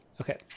Okay